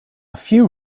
few